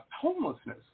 homelessness